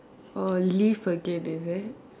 oh leave again is it